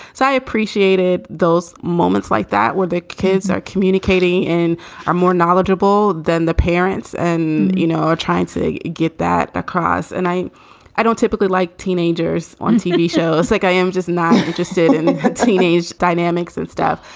so i appreciated those moments like that where the kids are communicating and are more knowledgeable than the parents and, you know, are trying to get that across. and i i don't typically like teenagers on tv shows. it's like i am just not interested in seeney's dynamics and stuff.